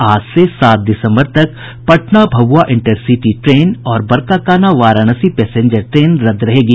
आज से सात दिसम्बर तक पटना भभुआ इंटरसिटी ट्रेन और बरकाकाना वाराणसी पैसेंजर ट्रेन रद्द रहेगी